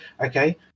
okay